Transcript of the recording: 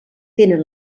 tenen